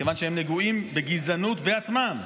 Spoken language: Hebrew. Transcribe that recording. כיוון שהם נגועים בגזענות בעצמם,